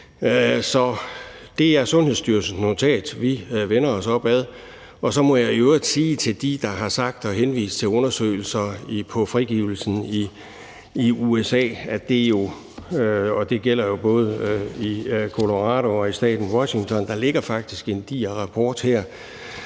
Så det er Sundhedsstyrelsens notat, vi læner os op ad, og så må jeg i øvrigt sige til dem, der har omtalt og henvist til undersøgelser af frigivelsen i USA – og det gælder jo både i Colorado og i staten Washington – at der faktisk ligger en diger rapport her,